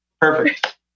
Perfect